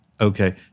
Okay